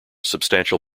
substantial